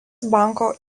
banko